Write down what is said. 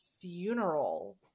funeral